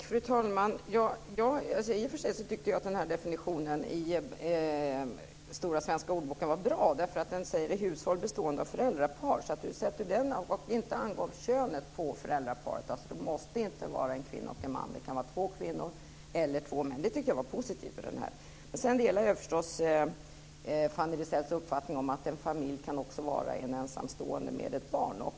Fru talman! I och för sig tyckte jag att definitionen i Norstedts stora svenska ordbok var bra. Den talar om "hushåll bestående av föräldrapar" och angav inte könet på föräldraparen. Det måste inte vara en kvinna och en man. Det kan vara två kvinnor eller två män. Det tyckte jag var positivt. Sedan delar jag förstås Fanny Rizells uppfattning att en familj också kan vara en ensamstående med ett barn.